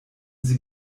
sie